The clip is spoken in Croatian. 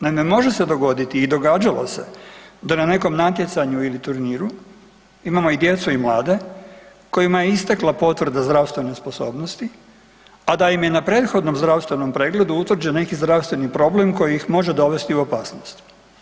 Naime, može se dogoditi i događalo se da na nekom natjecanju ili turniru imamo i djecu i mlade kojima je istekla potvrda zdravstvene sposobnosti, a da im je na prethodnom zdravstvenom pregledu utvrđen neki zdravstveni problem koji ih može dovesti u opasnost.